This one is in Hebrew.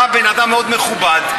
אתה בן-אדם מאוד מכובד.